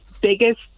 biggest